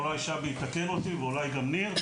אולי שבי יתקן אותי ואולי גם ניר,